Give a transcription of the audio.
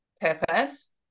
purpose